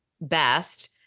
best